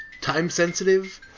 time-sensitive